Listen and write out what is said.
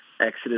Exodus